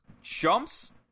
jumps